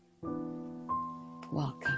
Welcome